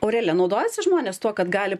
aurelija naudojasi žmonės tuo kad gali